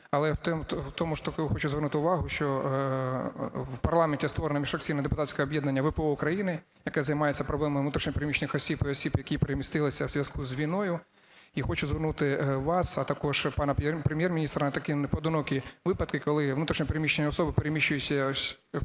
Але в тому ж таки хочу звернути увагу, що в парламенті створене міжфракційне депутатське об'єднання "ВПО України", яке займається проблемами внутрішньо переміщених осіб і осіб, які перемістилися в зв'язку з війною, і хочу звернути вас, а також і пана Прем’єр-міністра на такі непоодинокі випадки, коли внутрішньо переміщені особи переміщуються всередину